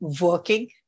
working